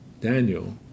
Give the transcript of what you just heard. Daniel